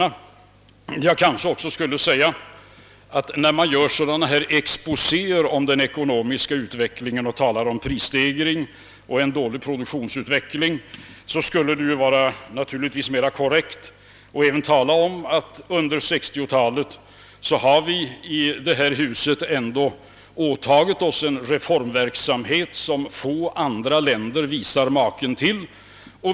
Jag kanske skulle tillägga att när man kommer med sådana här exposéer beträffande den ekonomiska utvecklingen och talar om prisstegringar och dålig produktionsutveckling skulle det vara korrekt att även erinra om att vi i detta hus under 1960-talet har åtagit oss en reformverksamhet som få andra länder visar maken till.